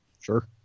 Sure